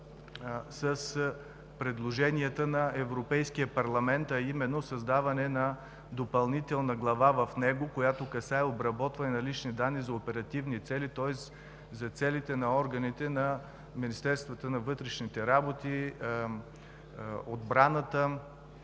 с предложенията на Европейския парламент, а именно създаване на допълнителна глава в него, която касае обработване на лични данни за оперативни цели, тоест за целите на органите на министерствата на вътрешните работи, отбраната,